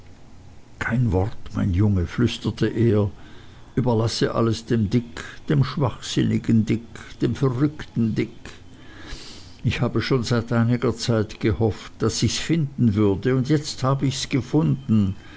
kein wort mein junge flüsterte er überlasse alles dem dick dem schwachsinnigen dick dem verrückten dick ich habe schon seit einiger zeit gehofft daß ichs finden würde und jetzt habe ichs gefunden